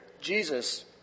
Jesus